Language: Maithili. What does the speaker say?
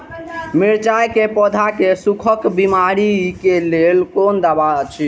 मिरचाई के पौधा के सुखक बिमारी के लेल कोन दवा अछि?